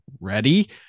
ready